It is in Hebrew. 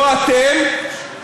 לא אתם.